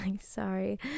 sorry